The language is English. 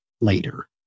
later